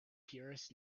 puris